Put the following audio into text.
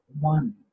one